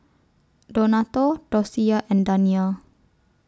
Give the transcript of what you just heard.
Donato Docia and Danyel